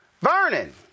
Vernon